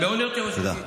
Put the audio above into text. תודה.